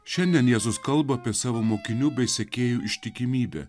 šiandien jėzus kalba apie savo mokinių bei sekėjų ištikimybę